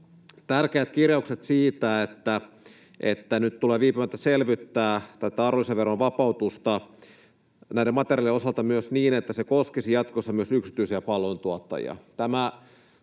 tärkeät kirjaukset, että nyt tulee viipymättä selvittää arvonlisäveron vapautusta näiden materiaa-lien osalta niin, että se koskisi jatkossa myös yksityisiä palveluntuottajia.